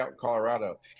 Colorado